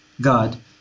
god